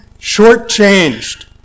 shortchanged